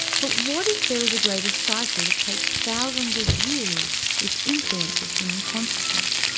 but what if there is a greater cycle that takes thousands of years, which influences human consciousness?